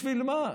בשביל מה?